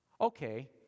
okay